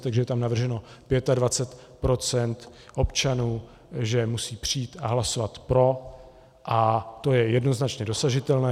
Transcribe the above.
Takže je tam navrženo 25 % občanů, že musí přijít a hlasovat pro, a to je jednoznačně dosažitelné.